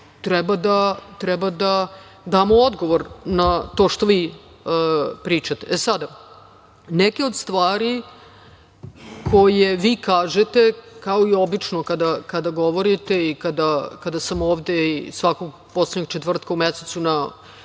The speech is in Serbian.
treba da damo odgovor na to što vi pričate.E, sada, neke od stvari koje vi kažete, kao i obično kada govorite i kada sam ovde svakog poslednjeg četvrtka u mesecu na